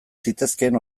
zitezkeen